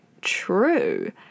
true